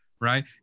right